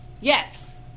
Yes